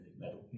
medal